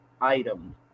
item